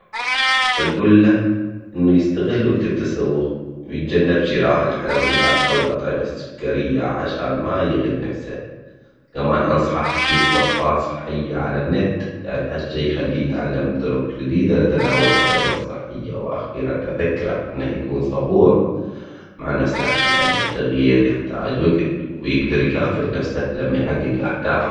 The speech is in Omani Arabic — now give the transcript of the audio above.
اقول له انه يستغل وقت التسوق ويتجنب شراء الحلويات او الاطعمة السكرية عشان ما يغل نفسه. كمان انصحه يشوف وصفات صحية على النت لان هالشي يخليه يتعلم طرق جديدة لتناول اطعمة صحية. واخيرا اذكره انه يكون صبور. معنا لان التغيير يحتاج وقت ويقدر يكافئ نفسه لما يحقق اهدافه